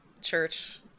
church